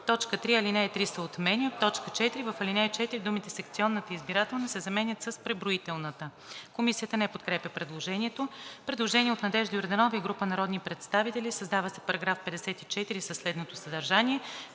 3. Алинея 3 се отменя. 4. В ал. 4 думите „секционната избирателна“ се заменят с „преброителната“.“ Комисията не подкрепя предложението. Предложение от Надежда Йорданова и група народни представители: „Създава се § 54 със следното съдържание: